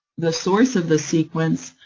the source of the sequence,